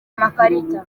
amakarita